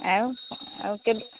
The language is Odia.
ଆଉ ଆଉ କେବେ